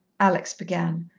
alex began,